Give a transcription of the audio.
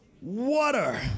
water